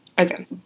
Okay